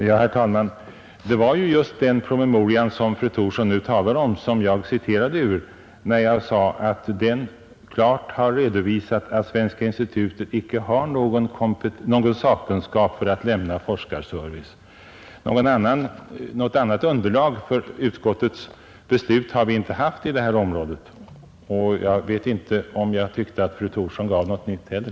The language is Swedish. Herr talman! Det var just den promemoria som fru Thorsson nu talar om, som jag citerade ur när jag sade att den klart har redovisat att Svenska institutet inte har någon sakkunskap för att lämna forskar service. Något annat underlag för utskottets beslut har vi inte haft på detta område. Jag kunde inte finna att fru Thorsson gav något sådant nu heller.